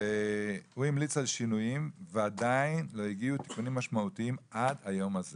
והוא המליץ על שינויים ועדיין לא הגיעו תיקונים משמעותיים עד היום הזה